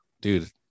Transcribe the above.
dude